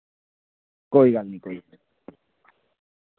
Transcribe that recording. कोई गल्ल निं कोई गल्ल निं